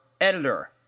editor